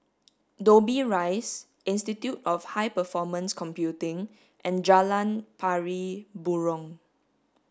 Dobbie Rise Institute of High Performance Computing and Jalan Pari Burong